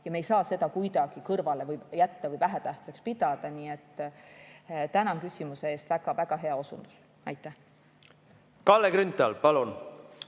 ja me ei saa seda kuidagi kõrvale jätta või vähetähtsaks pidada. Nii et tänan küsimuse eest, väga-väga hea osundus. Kalle Grünthal, palun!